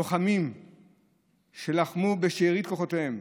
לוחמים שלחמו בשארית כוחותיהם,